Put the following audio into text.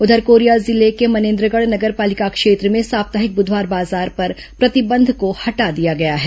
उधर कोरिया जिले के मनेन्द्रगढ़ नगर पालिका क्षेत्र में साप्ताहिक बुधवार बाजार पर प्रतिबंध को हटा दिया गया है